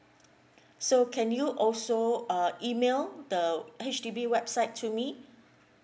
so can you also uh email the H_D_B website to me